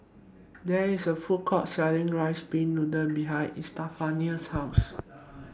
There IS A Food Court Selling Rice Pin Noodles behind Estefania's House